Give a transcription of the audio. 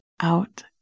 out